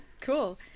cool